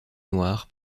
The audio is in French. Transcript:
noir